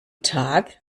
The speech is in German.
tag